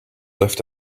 left